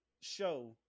show